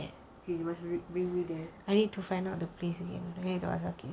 yes bring me there